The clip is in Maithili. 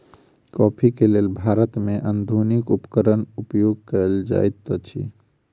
कॉफ़ी के लेल भारत में आधुनिक उपकरण उपयोग कएल जाइत अछि